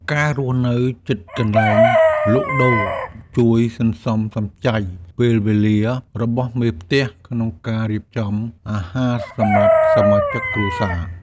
ការរស់នៅជិតកន្លែងលក់ដូរជួយសន្សំសំចៃពេលវេលារបស់មេផ្ទះក្នុងការរៀបចំអាហារសម្រាប់សមាជិកគ្រួសារ។